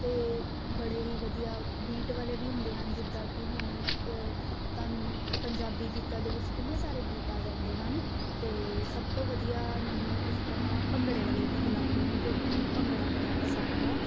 ਅਤੇ ਬੜੇ ਹੀ ਵਧੀਆ ਬੀਟ ਵਾਲੇ ਵੀ ਹੁੰਦੇ ਹਨ ਜਿੱਦਾਂ ਕਿ ਹੁਣ ਤੁਹਾਨੂੰ ਪੰਜਾਬੀ ਗੀਤਾਂ ਦੇ ਵਿੱਚ ਕਿੰਨੇ ਸਾਰੇ ਗੀਤ ਆ ਜਾਂਦੇ ਹਨ ਅਤੇ ਸਭ ਤੋਂ ਵਧੀਆ ਮੈਨੂੰ ਉਸ ਤਰ੍ਹਾਂ ਭੰਗੜੇ ਵਾਲੇ ਗੀਤ ਲੱਗਦੇ ਹਨ ਕਿਉਂਕਿ ਮੈਨੂੰ ਭੰਗੜਾ ਬੜਾ ਪਸੰਦ ਆ